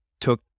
took